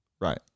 Right